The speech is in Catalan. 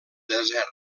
desert